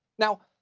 now,